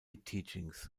teachings